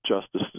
Justice